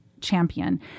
champion